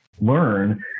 learn